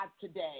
today